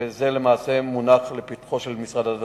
שזה למעשה מונח לפתחו של משרד הדתות.